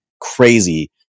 crazy